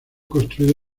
construido